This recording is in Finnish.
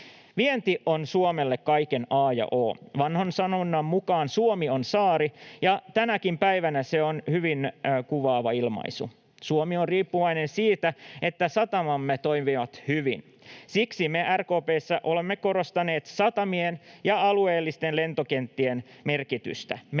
Vienti on Suomelle kaiken a ja o. Vanhan sanonnan mukaan Suomi on saari, ja tänäkin päivänä se on hyvin kuvaava ilmaisu. Suomi on riippuvainen siitä, että satamamme toimivat hyvin. Siksi me RKP:ssä olemme korostaneet satamien ja alueellisten lentokenttien merkitystä. Meidän